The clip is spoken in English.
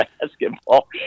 basketball